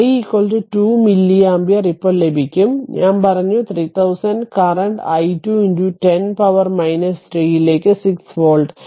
i 2 milli ആമ്പിയറി ഇപ്പോൾ ലഭിക്കും b 1 ഞാൻ പറഞ്ഞു 3000 കറന്റ് i 2 10 പവർ 3 ലേക്ക് 6 വോൾട്ട്